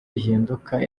rihinduka